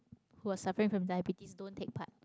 who are suffering from diabetes don't take part